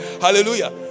Hallelujah